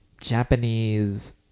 Japanese